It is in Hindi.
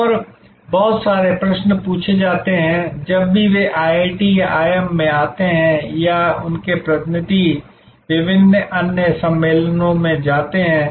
और बहुत सारे प्रश्न पूछे जाते हैं जब भी वे IIT या IIM में आते हैं या उनके प्रतिनिधि विभिन्न अन्य सम्मेलनों में जाते हैं